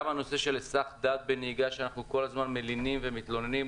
גם הנושא של היסח דעת בנהיגה שאנחנו כל הזמן מלינים ומתלוננים,